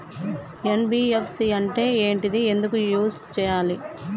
NBFC అంటే ఏంటిది ఎందుకు యూజ్ చేయాలి?